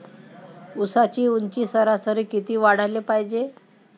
ऊसाची ऊंची सरासरी किती वाढाले पायजे?